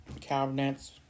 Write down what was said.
cabinets